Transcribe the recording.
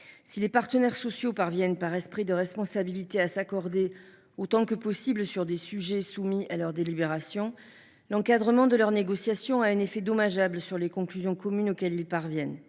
Si les partenaires sociaux parviennent par esprit de responsabilité à s’accorder autant que possible sur les sujets soumis à leur délibération, l’encadrement de leurs négociations a un effet dommageable sur les conclusions communes auxquelles ils aboutissent.